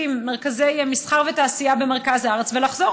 במרכזי מסחר ותעשייה במרכז הארץ ולחזור,